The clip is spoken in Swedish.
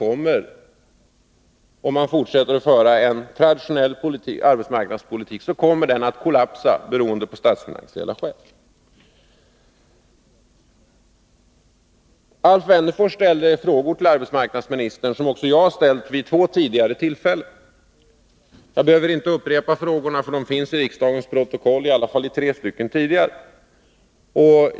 Om man försöker föra en traditionell arbetsmarknadspolitik av 1970-talsmodell kommer den att kollapsa av statsfinansiella skäl. Alf Wennerfors ställde frågor till arbetsmarknadsministern som också jag ställt vid två tidigare tillfällen. Jag behöver inte upprepa dem, de finns i flera tidigare protokoll.